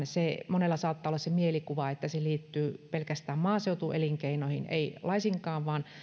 monella saattaa olla mielikuva että se liittyy pelkästään maaseutuelinkeinoihin ei laisinkaan vaan